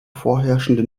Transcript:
vorherrschende